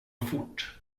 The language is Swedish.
fort